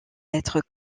être